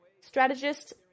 strategist